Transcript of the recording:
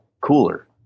cooler